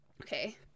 Okay